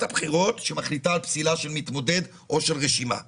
הבחירות שמורה על פסילת מועמד או רשימה מלהתמודד?